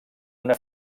una